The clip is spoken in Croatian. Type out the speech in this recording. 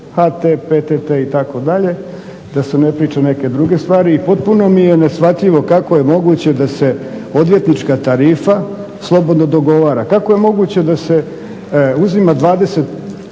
HT, PTT itd., da se ne priča neke druge stvari. I potpuno mi je neshvatljivo kako je moguće da se odvjetnička tarifa slobodno dogovara? Kako je moguće da se uzima 20,